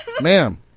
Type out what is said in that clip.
Ma'am